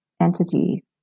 entity